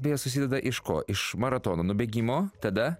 beje susideda iš ko iš maratono nubėgimo tada